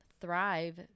thrive